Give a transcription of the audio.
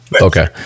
okay